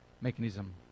mechanism